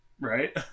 right